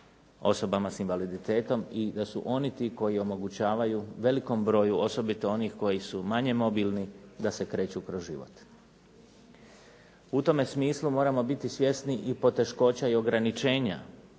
osobama sa invaliditetom i da su oni koji omogućavaju velikom broju, osobito onih koji su manje mobilni da se kreću kroz život. U tome smislu moramo biti svjesni i poteškoća i ograničenja